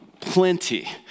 plenty